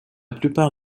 plupart